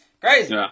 Crazy